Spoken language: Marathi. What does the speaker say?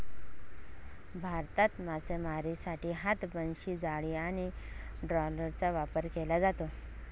भारतात मासेमारीसाठी हात, बनशी, जाळी आणि ट्रॉलरचा वापर केला जातो